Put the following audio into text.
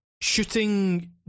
shooting